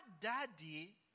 daddy